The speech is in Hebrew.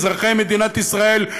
אזרחי מדינת ישראל,